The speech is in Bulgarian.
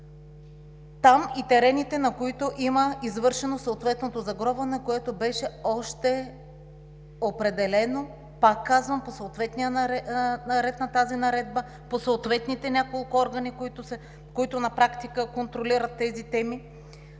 както и терените, на които има извършено съответното загробване, което беше определено, пак казвам, по съответния ред на тази наредба и съответните няколко органа, които на практика контролират тези теми.